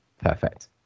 perfect